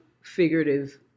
figurative